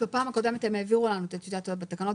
בפעם הקודמת הם העבירו לנו את טיוטת התקנות.